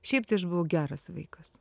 šiaip tai aš buvau geras vaikas